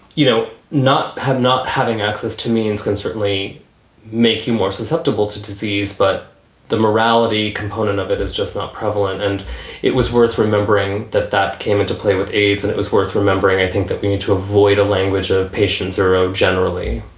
you know, not have not having access to means can certainly make you more susceptible to disease. but the morality component of it is just not prevalent. and it was worth remembering that that came into play with aids and it was worth remembering. i think that we need to avoid a language of patients. zero generally.